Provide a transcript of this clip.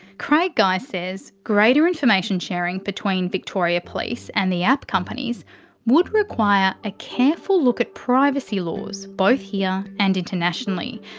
craig gye says greater information sharing between victoria police and the app companies would require a careful look at privacy laws both here and internationally.